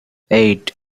eight